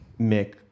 Mick